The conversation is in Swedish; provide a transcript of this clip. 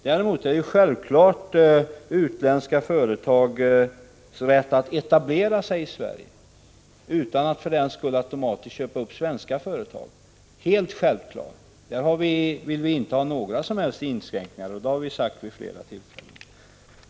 Däremot har utländska företag rätt att etablera sig i Sverige utan att för den skull köpa upp svenska företag. Det är självklart, och där vill vi inte ha några som helst inskränkningar. Det har vi sagt vid flera tillfällen.